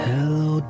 Hello